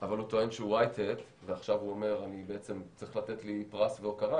אבל הוא טוען שהוא white hat ועכשיו הוא אומר: צריך לתת לי פרס והוקרה,